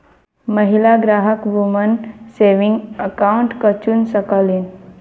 महिला ग्राहक woman saving account क चुन सकलीन